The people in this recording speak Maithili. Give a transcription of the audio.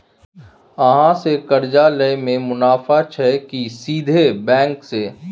अहाँ से कर्जा लय में मुनाफा छै की सीधे बैंक से?